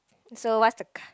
so what's the co~